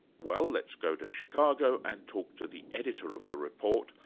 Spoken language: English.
well, let's go to chicago and talk to the editor of the report,